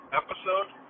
episode